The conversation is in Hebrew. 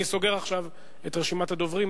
אני סוגר עכשיו את רשימת הדוברים.